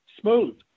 smooth